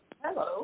Hello